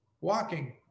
walking